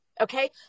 Okay